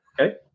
okay